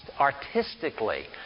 artistically